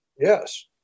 Yes